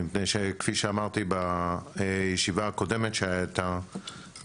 מפני שכפי שאמרתי בישיבה הקודמת שהייתה,